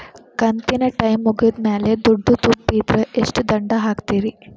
ಕಂತಿನ ಟೈಮ್ ಮುಗಿದ ಮ್ಯಾಲ್ ದುಡ್ಡು ತುಂಬಿದ್ರ, ಎಷ್ಟ ದಂಡ ಹಾಕ್ತೇರಿ?